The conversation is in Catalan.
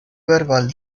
verbal